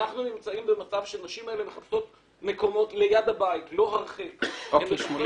ואנחנו נמצאים במצב שנשים אלה מחפשות מקומות ליד הבית ולא רחוק ממנו.